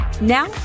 Now